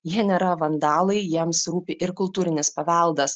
jie nėra vandalai jiems rūpi ir kultūrinis paveldas